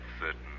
certain